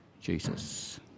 Jesus